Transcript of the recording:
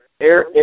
air